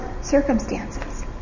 circumstances